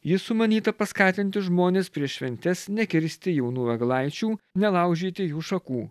ji sumanyta paskatinti žmones prieš šventes nekirsti jaunų eglaičių nelaužyti jų šakų